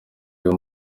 uyu